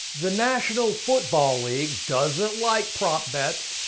the national football league doesn't like prop bets.